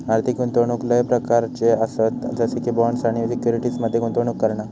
आर्थिक गुंतवणूक लय प्रकारच्ये आसत जसे की बॉण्ड्स आणि सिक्युरिटीज मध्ये गुंतवणूक करणा